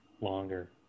longer